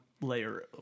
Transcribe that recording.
layer